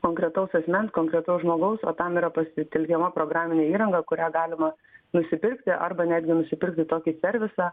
konkretaus asmens konkretaus žmogaus o tam yra pasitelkiama programinė įranga kurią galima nusipirkti arba netgi nusipirkau tokį servisą